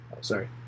Sorry